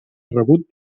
rebut